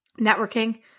networking